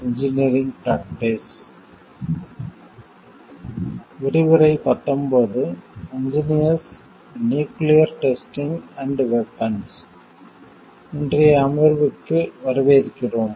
இன்றைய அமர்வுக்கு வரவேற்கிறோம்